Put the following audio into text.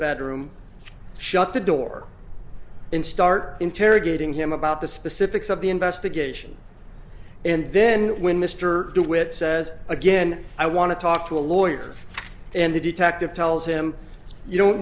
bedroom shut the door and start interrogating him about the specifics of the investigation and then when mr de witt says again i want to talk to a lawyer and the detective tells him you don't